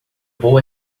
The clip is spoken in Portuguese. boa